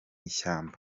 ishyamba